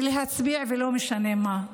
ולהצביע, ולא משנה מה.